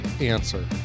answer